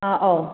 ꯑꯥ ꯑꯧ